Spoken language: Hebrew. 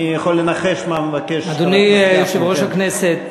אני יכול לנחש מה מבקש חבר הכנסת גפני.